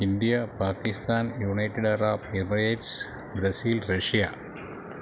India Pakistan United Arab Emirates Brazil Russia